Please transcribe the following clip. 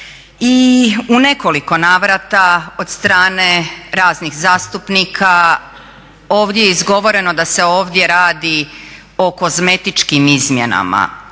I u nekoliko navrata od strane raznih zastupnika ovdje je izgovoreno da se ovdje radi o kozmetičkim izmjenama.